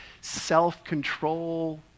self-control